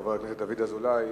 חבר הכנסת דוד אזולאי,